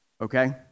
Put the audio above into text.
Okay